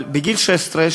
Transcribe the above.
אבל בגיל 16,